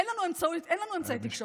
אין לנו אמצעי תקשורת.